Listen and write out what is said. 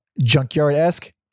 Junkyard-esque